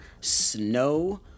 snow